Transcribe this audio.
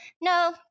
no